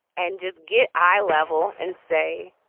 and just get eye level and say,